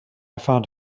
found